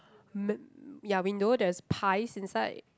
m~ ya window there's pies inside